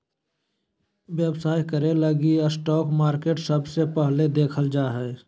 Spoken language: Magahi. व्यवसाय करे लगी स्टाक मार्केट सबसे पहले देखल जा हय